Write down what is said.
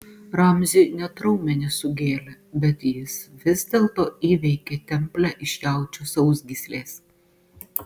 ramziui net raumenis sugėlė bet jis vis dėlto įveikė templę iš jaučio sausgyslės